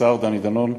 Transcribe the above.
השר דני דנון,